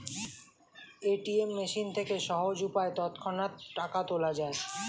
ATM machine থেকে সহজ উপায়ে তৎক্ষণাৎ টাকা তোলা যায়